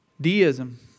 Deism